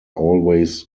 always